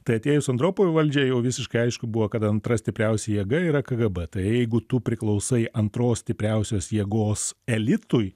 tai atėjus andropovui į valdžią jau visiškai aišku buvo kad antra stipriausia jėga yra kgb tai jeigu tu priklausai antros stipriausios jėgos elitui